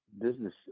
business